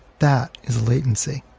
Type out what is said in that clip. that is latency